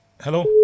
Hello